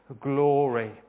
glory